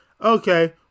okay